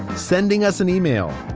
sending us an email.